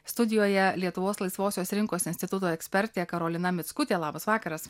studijoje lietuvos laisvosios rinkos instituto ekspertė karolina mickutė labas vakaras